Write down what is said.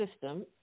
system